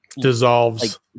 dissolves